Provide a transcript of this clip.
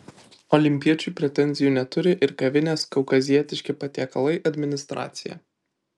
olimpiečiui pretenzijų neturi ir kavinės kaukazietiški patiekalai administracija